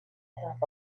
half